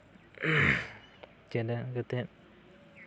ᱪᱮᱫᱟᱜ ᱡᱟᱛᱮ